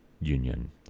union